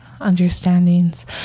understandings